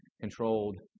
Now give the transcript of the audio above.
controlled